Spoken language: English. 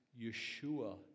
Yeshua